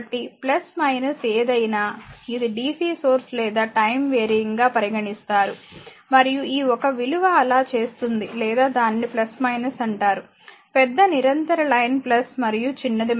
కాబట్టి ఏదయినా ఇది DC సోర్స్ లేదా టైమ్ వెరీయింగ్ గా పరిగణిస్తారు మరియు ఈ ఒక విలువ అలా చేస్తుంది లేదా దానిని అంటారు పెద్ద నిరంతర లైన్ మరియు చిన్నది